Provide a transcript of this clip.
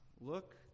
Look